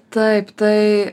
taip tai